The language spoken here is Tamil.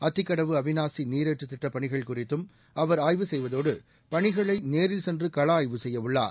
அத்திக்கடவு அவினாசி நீரேற்றும் திட்டப் பணிகள் குறித்தும் அவர் ஆய்வு செய்வதோடு பணிகளை நேரில் சென்று களஆய்வு செய்யவுள்ளார்